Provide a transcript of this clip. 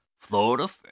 Florida